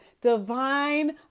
divine